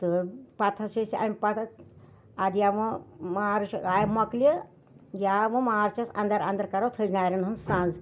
تہٕ پَتہٕ حظ چھِ أسۍ اَمہِ پَتہٕ اَدٕ یا وٕ مارٕچ آے مۄکلہِ یا وٕ مارچَس اَندَر اَندَر کَرو تھٔج نارٮ۪ن ہُنٛد سَنٛز